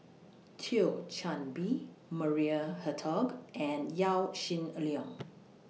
Thio Chan Bee Maria Hertogh and Yaw Shin Leong